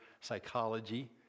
psychology